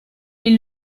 est